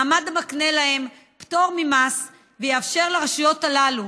מעמד המקנה להם פטור ממס ויאפשר לרשויות הללו